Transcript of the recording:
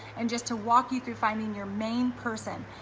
and just to walk you through finding your main person,